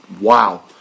wow